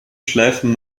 schleifen